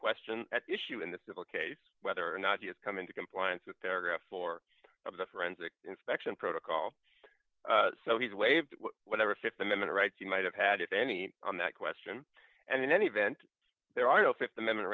question at issue in the civil case whether or not he has come into compliance with paragraph four of the forensic inspection protocol so he's waived whatever th amendment rights he might have had if any on that question and in any event there are no th amendment